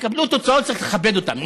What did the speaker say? התקבלו תוצאות, צריך לכבד אותן.